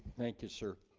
thank you, sir